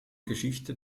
geschichte